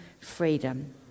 freedom